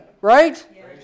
right